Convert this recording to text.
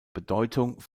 bedeutung